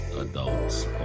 adults